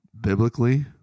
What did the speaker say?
Biblically